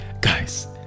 guys